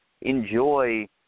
enjoy